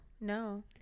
no